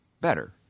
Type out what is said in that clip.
better